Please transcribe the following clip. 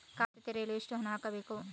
ಖಾತೆ ತೆರೆಯಲು ಎಷ್ಟು ಹಣ ಹಾಕಬೇಕು?